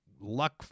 luck